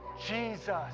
Jesus